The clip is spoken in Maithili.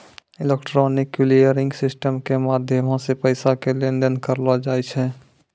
इलेक्ट्रॉनिक क्लियरिंग सिस्टम के माध्यमो से पैसा के लेन देन करलो जाय छै